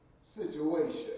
situation